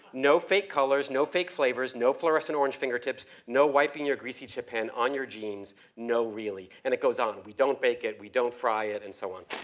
no fake colors, no fake flavors, no fluorescent orange fingertips, no wiping your greasy chip hand on your jeans. no, really and it goes on, we don't bake it, we don't fry it and so on.